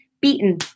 beaten